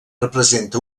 representa